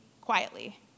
quietly